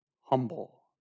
Humble